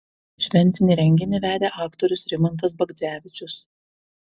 šventinį renginį vedė aktorius rimantas bagdzevičius